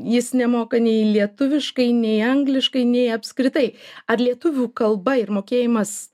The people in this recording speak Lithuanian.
jis nemoka nei lietuviškai nei angliškai nei apskritai ar lietuvių kalba ir mokėjimas